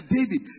David